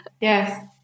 Yes